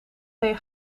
tegen